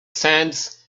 sands